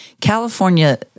California